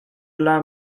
dla